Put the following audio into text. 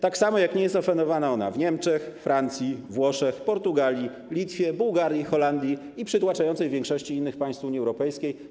Tak samo nie jest ona oferowana w Niemczech, we Francji, Włoszech, w Portugalii, na Litwie, w Bułgarii, Holandii i przytłaczającej większości innych państw Unii Europejskiej.